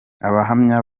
abahamya